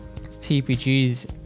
TPG's